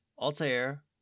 Altair